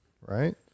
right